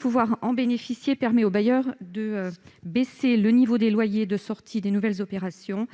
Pouvoir en bénéficier permet aux bailleurs de baisser le niveau de loyer de sortie des nouvelles opérations,